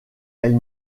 elle